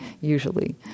usually